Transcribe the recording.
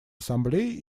ассамблеи